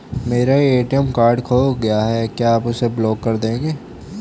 मेरा ATM card खो गया है क्या आप उसे ब्लॉक कर देंगे?